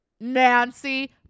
Nancy